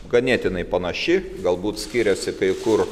ganėtinai panaši galbūt skiriasi kai kur